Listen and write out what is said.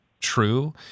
true